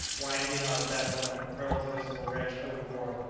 why had he not at that moment hurled the miserable wretch overboard,